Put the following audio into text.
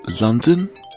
London